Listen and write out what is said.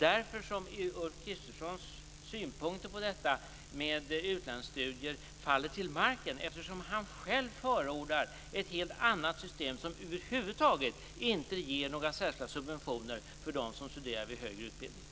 Ulf Kristerssons synpunkter på utlandsstudier faller till marken, eftersom han själv förordar ett helt annat system som över huvud taget inte ger några särskilda subventioner för dem som studerar vid högre utbildning.